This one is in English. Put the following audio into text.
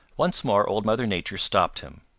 once more old mother nature stopped him.